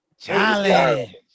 Challenge